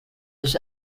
his